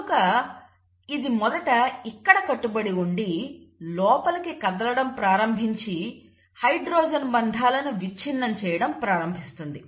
కనుక ఇది మొదట ఇక్కడ కట్టుబడి ఉండి లోపలికి కదలడం ప్రారంభించి హైడ్రోజన్ బంధాలను విచ్ఛిన్నం చేయడం ప్రారంభిస్తుంది